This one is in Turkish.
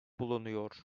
bulunuyor